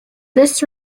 this